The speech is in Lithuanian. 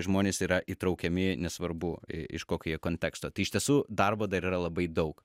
žmonės yra įtraukiami nesvarbu iš kokio jie konteksto tai iš tiesų darbo dar yra labai daug